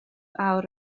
awr